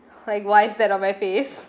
like why's that on my face